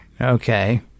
Okay